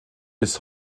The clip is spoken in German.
bis